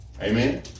Amen